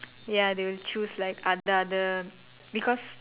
ya they will choose like other other because